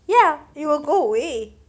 ya it will go away